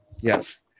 Yes